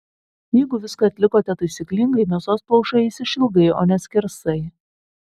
jeigu viską atlikote taisyklingai mėsos plaušai eis išilgai o ne skersai